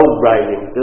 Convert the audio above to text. writing